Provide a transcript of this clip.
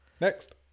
Next